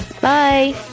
Bye